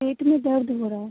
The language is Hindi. पेट में दर्द हो रहा है